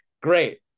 great